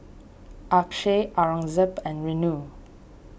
Akshay Aurangzeb and Renu